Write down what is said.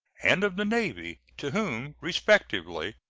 and of the navy, to whom, respectively,